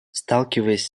сталкиваясь